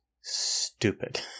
stupid